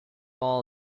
all